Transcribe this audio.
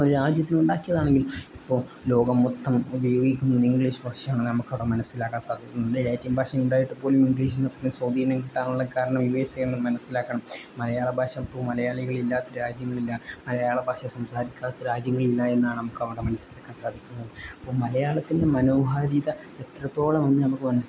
ഒരു രാജ്യത്ത് ഉണ്ടാക്കിയതാണെങ്കിലും ഇപ്പോൾ ലോകം മൊത്തം ഉപയോഗിക്കുന്നത് ഇംഗ്ലീഷ് ഭാഷയാണ് നമുക്കിവിടെ മനസ്സിലാക്കാൻ സാധിക്കുന്നുണ്ട് ലേറ്റിൻ ഭാഷ ഉണ്ടായിട്ട് പോലും ഇംഗ്ലീഷിന് അത്രയും സ്വാധീനം കിട്ടാനുള്ള കാരണം യു എസ് എ ആണെന്ന് മനസ്സിലാക്കണം മലയാള ഭാഷ ഇപ്പോൾ മലയാളികളില്ലാത്ത രാജ്യങ്ങളില്ല മലയാള ഭാഷ സംസാരിക്കാത്ത രാജ്യങ്ങളില്ല എന്നാണ് നമുക്ക് അവിടെ മനസ്സിലാക്കാൻ സാധിക്കുന്നത് അപ്പം മലയാളത്തിൻ്റെ മനോഹാരിത എത്രത്തോളം എന്ന് നമുക്ക്